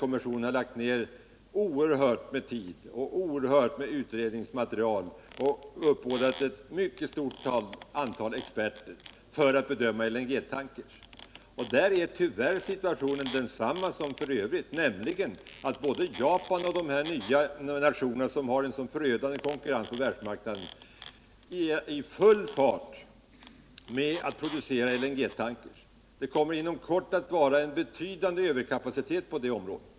Kommissionen har lagt ned oerhört mycket tid och uppbådat ett mycket stort antal experter för att bedöma LNG-tankern. Situationen är där densamma som i övrigt: Både Japan och de nya nationer som har en sådan förödande konkurrenskraft på världsmarknaden är i full fart med att producera LNG-tankrar. Det kommer inom kort att finnas en betydande överkapacitet på det området.